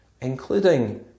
including